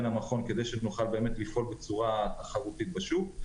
המכון כדי שנוכל לפעול בצורה תחרותית בשוק,